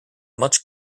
much